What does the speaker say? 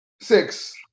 six